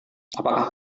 apakah